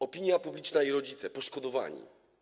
Opinia publiczna i rodzice, poszkodowani.